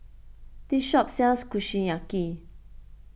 this shop sells Kushiyaki